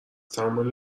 تمام